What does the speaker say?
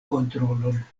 kontrolon